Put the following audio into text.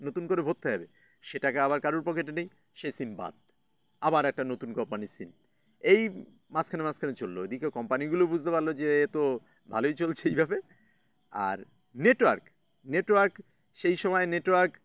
নতুন করে ভরতে হবে সেটাকে আবার কারুর পকেটে নেই সেই সিম বাদ আবার একটা নতুন কোম্পানির সিম এই মাঝখানে মাঝখানে চললো এদিক কোম্পানিগুলো বুঝতে পারলো যে এতো ভালোই চলছে এইভাবে আর নেটওয়ার্ক নেটওয়ার্ক সেই সময় নেটওয়ার্ক